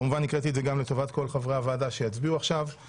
כמובן הקראתי את זה גם לטובת כל חברי הוועדה שיצביעו עכשיו.